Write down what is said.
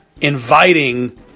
inviting